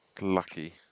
Lucky